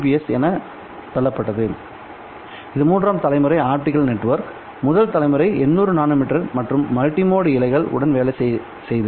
S என தள்ளப்பட்டது இது மூன்றாம் தலைமுறை ஆப்டிகல் நெட்வொர்க் முதல் தலைமுறை 800 நானோமீட்டர் மற்றும் மல்டி மோட் இழைகள் உடன் வேலை செய்தது